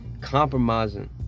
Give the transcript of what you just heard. compromising